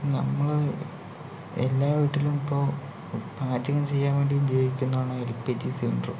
നമ്മള് എല്ലാ വീട്ടിലും ഇപ്പൊ പാചകം ചെയ്യാൻ വേണ്ടി ഉപയോഗിക്കുന്നതാണ് എൽപിജി സിലിണ്ടർ